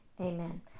Amen